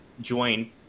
join